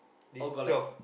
t~ twelve